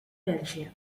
belgium